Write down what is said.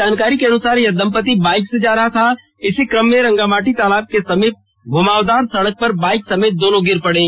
जानकारी के अनुसार यह दम्पति बाईक से जा रहा था इसी क्रम में रंगामाटी तलाब के समीप घुमावदार सड़क पर बाइक समेत दोनों गिर पड़े